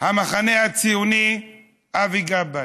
המחנה הציוני אבי גבאי,